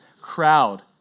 crowd